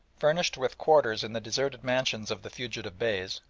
furnished with quarters in the deserted mansions of the fugitive beys,